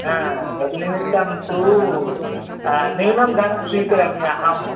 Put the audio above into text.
तद् निमित्तं तु न्यूनं धनं स्वीकरोमि अहं